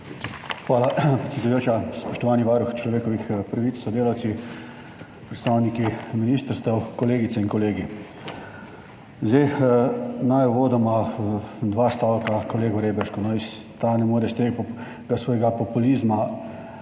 Hvala, predsedujoča. Spoštovani varuh človekovih pravic s sodelavci, predstavniki ministrstev, kolegice in kolegi! Naj uvodoma dva stavka kolegu Reberšku. Ta ne more iz tega svojega populizma